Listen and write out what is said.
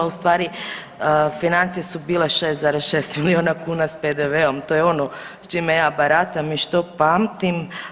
U stvari financije su bile 6,6 milijuna kuna sa PDV-om, to je ono sa čime ja baratam i što pamtim.